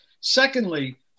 Secondly